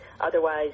Otherwise